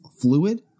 Fluid